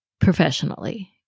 professionally